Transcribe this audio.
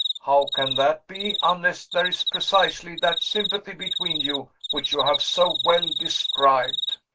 how can that be, unless there is precisely that sympathy between you which you have so well described?